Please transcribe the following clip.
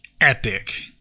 Epic